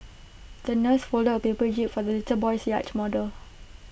the nurse folded A paper jib for the little boy's yacht model